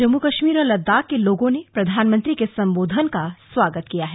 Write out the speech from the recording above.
जम्मू कश्मीर और लद्दाख के लोगों ने प्रधानमंत्री के संबोधन का स्वागत किया है